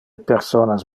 personas